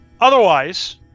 Otherwise